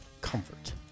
comfort